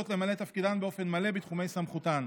למלא את תפקידן באופן מלא בתחומי סמכותן.